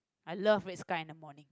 I love red sky in the morning